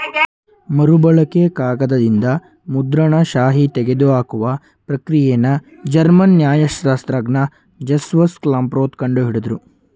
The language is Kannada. ಮರುಬಳಕೆ ಕಾಗದದಿಂದ ಮುದ್ರಣ ಶಾಯಿ ತೆಗೆದುಹಾಕುವ ಪ್ರಕ್ರಿಯೆನ ಜರ್ಮನ್ ನ್ಯಾಯಶಾಸ್ತ್ರಜ್ಞ ಜಸ್ಟಸ್ ಕ್ಲಾಪ್ರೋತ್ ಕಂಡು ಹಿಡುದ್ರು